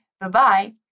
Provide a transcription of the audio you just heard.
bye-bye